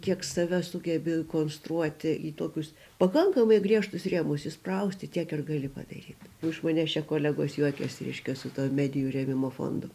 kiek save sugebi konstruoti į tokius pakankamai griežtus rėmus įsprausti tiek ir gali padaryt iš manęs čia kolegos juokiasi reiškia su tuo medijų rėmimo fondu